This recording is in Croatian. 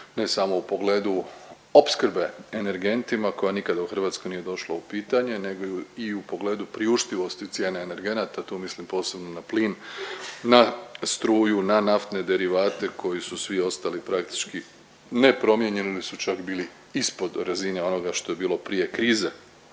ne samo u pogledu opskrbe energentima koje nikada u Hrvatskoj nije došlo u pitanje nego i u pogledu priuštivosti cijene energenata tu mislim posebno na plin, na struju, na naftne derivate koji su svi ostali praktički nepromijenjeni su čak bili ispod razine onoga što je bilo prije krize